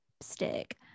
stick